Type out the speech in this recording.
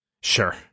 Sure